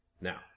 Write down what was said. Now